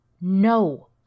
No